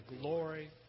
glory